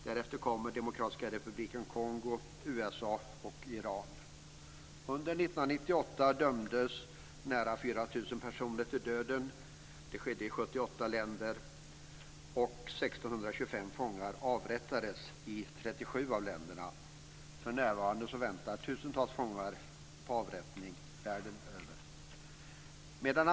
Därefter kommer Demokratiska republiken Kongo, USA och Iran. Under 1998 dömdes nära 4 000 personer till döden. Det skedde i 78 länder. 1 625 fångar avrättades i 37 av länderna. För närvarande väntar tusentals fångar på avrättning världen över.